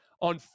on